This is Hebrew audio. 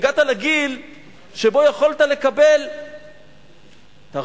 הגעת לגיל שבו יכולת לקבל תרבות,